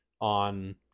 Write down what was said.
on